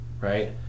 right